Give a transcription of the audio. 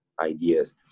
ideas